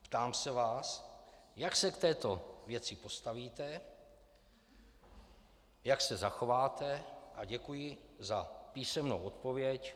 Ptám se vás, jak se k této věci postavíte, jak se zachováte, a děkuji za písemnou odpověď.